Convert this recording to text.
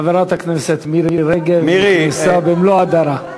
חברת הכנסת מירי רגב נכנסה במלוא הדרה.